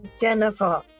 Jennifer